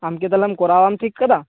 ᱟᱢᱠᱤ ᱛᱟᱦᱚᱞᱮᱢ ᱠᱚᱨᱟᱣᱮᱢ ᱴᱷᱤᱠ ᱟᱠᱟᱫᱟ